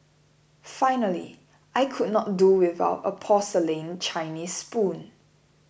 finally I could not do without a porcelain Chinese spoon